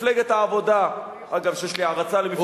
מפלגת העבודה, מה גם שיש לי הערצה למפלגת העבודה.